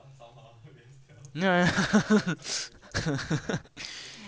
ya